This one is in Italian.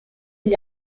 gli